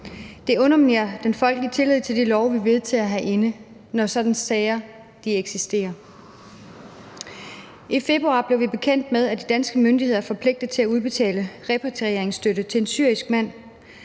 Det underminerer den folkelige tillid til de love, vi vedtager her i Folketinget, når sådanne sager kan eksistere. I februar blev vi bekendt med, at de danske myndigheder er forpligtet til at udbetale repatrieringsstøtte til en syrisk mand,